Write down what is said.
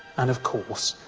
and, of course,